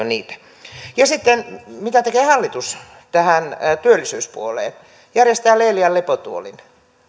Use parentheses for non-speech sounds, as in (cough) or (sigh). (unintelligible) niitä olla jo miljoonan verran mitä sitten tekee hallitus tähän työllisyyspuoleen järjestää leelian lepotuolin